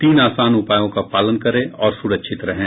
तीन आसान उपायों का पालन करें और सुरक्षित रहें